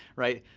right?